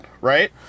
right